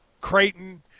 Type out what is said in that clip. Creighton